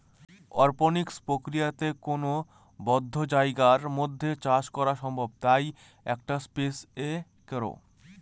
অরপনিক্স প্রক্রিয়াতে কোনো বদ্ধ জায়গার মধ্যে চাষ করা সম্ভব তাই এটা স্পেস এ করে